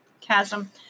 chasm